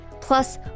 plus